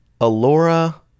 alora